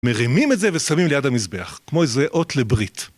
מרימים את זה ושמים ליד המזבח, כמו איזה אות לברית.